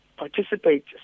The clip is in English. participate